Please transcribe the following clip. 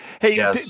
Hey